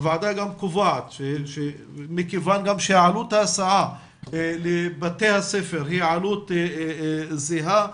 הוועדה גם קובעת שמכיוון שעלות ההסעה לבתי הספר היא עלות זהה,